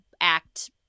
act